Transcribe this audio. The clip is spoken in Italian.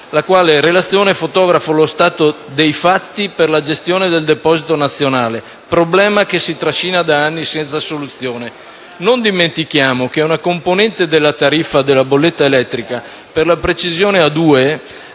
La relazione fotografa lo stato dei fatti per la gestione del Deposito nazionale, problema che si trascina da anni senza soluzione. Non dimentichiamo che una componente della tariffa della bolletta elettrica (per la precisione,